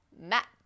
Matt